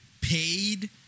paid